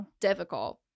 difficult